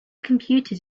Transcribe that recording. computed